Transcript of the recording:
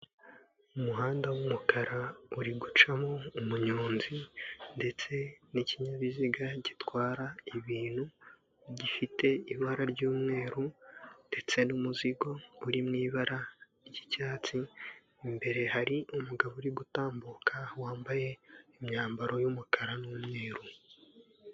Umuhanda w'umukara uri gucamo umunyonzi ndetse n'ikinyabiziga gitwara ibintu gifite ibara ry'umweru ndetse n'umuzigo uri mu ibara ry'icyatsi, imbere hari umugabo uri gutambuka wambaye imyambaro y'umukara n'umweru.